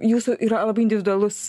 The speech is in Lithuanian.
jūsų yra labai individualus